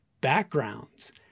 backgrounds